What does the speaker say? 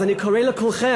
אז אני קורא לכולכם,